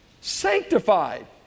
Sanctified